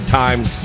times